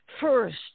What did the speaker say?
first